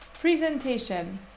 Presentation